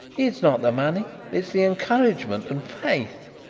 it's not the money, it's the encouragement. and faith.